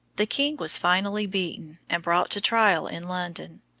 the king was finally beaten and brought to trial in london.